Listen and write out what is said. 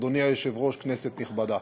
אדוני היושב-ראש, כנסת נכבדה,